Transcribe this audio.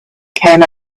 came